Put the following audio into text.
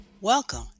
Welcome